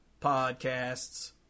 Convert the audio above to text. podcasts